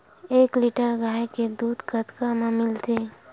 एक लीटर गाय के दुध कतका म मिलथे?